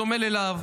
בדומה ללה"ב,